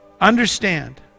Understand